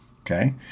Okay